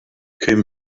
came